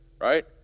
Right